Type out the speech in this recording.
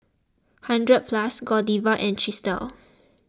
hundred Plus Godiva and Chesdale